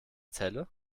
celle